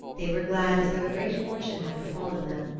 they were glad as though a great fortune had befallen them.